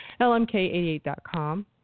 lmk88.com